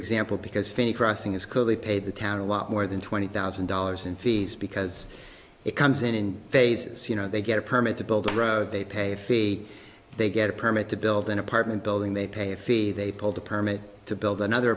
example because finney crossing is co they pay the town a lot more than twenty thousand dollars in fees because it comes in in phases you know they get a permit to build or they pay a fee they get a permit to build an apartment building they pay a fee they pulled a permit to build another